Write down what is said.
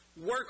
Work